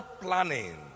planning